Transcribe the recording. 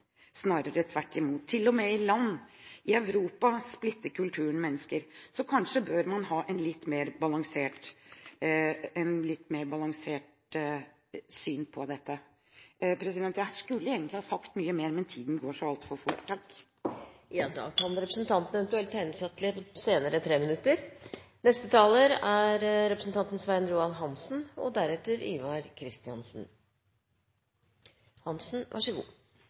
snarere tvert imot. Til og med i land i Europa splitter kulturen mennesker. Så kanskje bør man ha et litt mer balansert syn på dette. Jeg skulle egentlig sagt mye mer, men tiden går så altfor fort. Ja, da kan representanten eventuelt tegne seg til et 3-minuttersinnlegg senere. Om man ikke har annet å klage på, må man altså klage på at det er